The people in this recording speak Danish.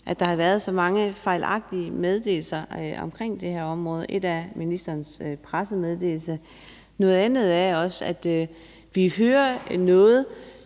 at der har været så mange fejlagtige meddelelser i forhold til det her område. Noget handler om ministerens pressemeddelelse, og noget andet handler om, at vi hører noget